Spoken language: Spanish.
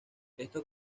esto